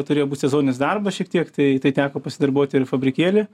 turėjo būt sezoninis darbas šiek tiek tai tai teko pasidarbuoti ir fabrikėly